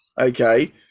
okay